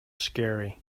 scary